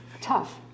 tough